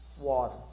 water